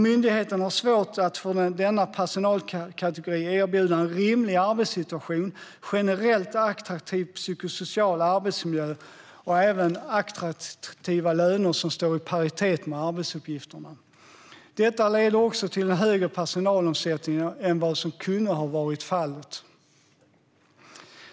Myndigheten har svårt att för denna personalkategori erbjuda en rimlig arbetssituation, en generellt attraktiv psykosocial arbetsmiljö och även attraktiva löner som står i paritet med arbetsuppgifterna. Detta leder också till en högre personalomsättning än vad som kunde ha varit fallet.